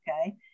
Okay